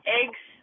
eggs